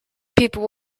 people